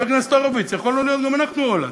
חבר הכנסת הורוביץ, יכולנו להיות גם אנחנו הולנד.